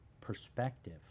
perspective